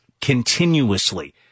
continuously